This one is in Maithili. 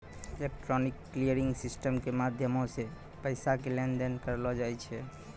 इलेक्ट्रॉनिक क्लियरिंग सिस्टम के माध्यमो से पैसा के लेन देन करलो जाय छै